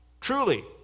Truly